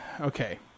Okay